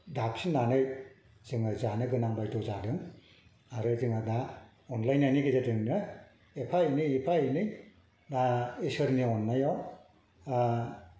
दाफिननानै जोङो जानो गोनां बायद्ध जादों आरो जोङो दा अनलायनायनि गेजेरजोंनो एफा एनै एफा एनै बा ईसोरनि अननायाव